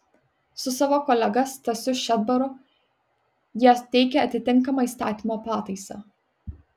su savo kolega stasiu šedbaru jie teikia atitinkamą įstatymo pataisą